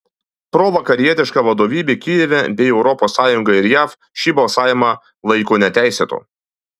provakarietiška vadovybė kijeve bei europos sąjunga ir jav šį balsavimą laiko neteisėtu